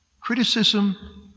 Criticism